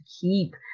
keep